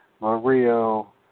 Mario